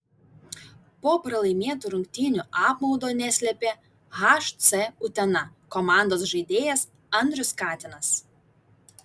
po pralaimėtų rungtynių apmaudo neslėpė hc utena komandos žaidėjas andrius katinas